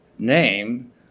name